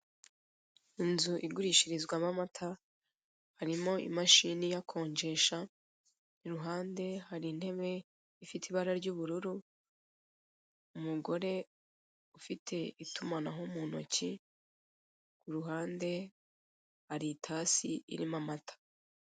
Inzu ugirishirizwa mo amata, harimo imashini iyakonjesha, i ruhande hari intebe ifite ibara ry'ubururu, umugore ufite itumanaho mu ntoki, ku ruhande hari itasi irimo amata.